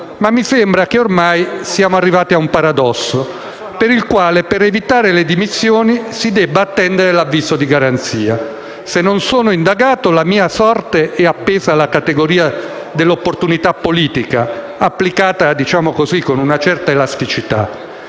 Ma mi sembra che ormai siamo al paradosso per il quale, per evitare le dimissioni, si debba attendere l'avviso di garanzia. Se non sono indagato la mia sorte è appesa alla categoria dell'opportunità politica, applicata con una certa - diciamo